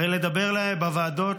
הרי לדבר בוועדות,